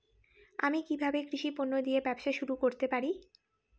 আমি কিভাবে কৃষি পণ্য দিয়ে ব্যবসা শুরু করতে পারি?